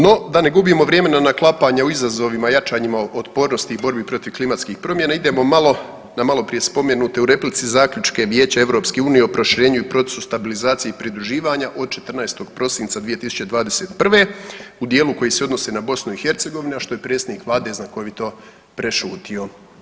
No, da ne gubimo vrijeme na naklapanjima i izazovima jačanjima otpornosti i borbi protiv klimatskih promjena idemo malo na maloprije spomenute u replici, Zaključke Vijeća EU o proširenju i procesu stabilizacije i pridruživanja od 14. prosinca 2021. u dijelu koji se odnose na BiH, a što je predsjednik Vlade znakovito prešutio.